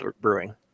Brewing